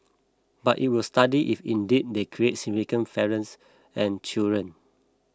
but it will study if indeed they create significant for parents and children